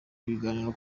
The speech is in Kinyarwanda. ibiganiro